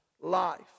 life